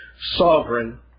sovereign